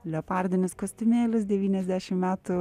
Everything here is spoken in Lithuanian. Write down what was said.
leopardinis kostiumėlis devyniasdešim metų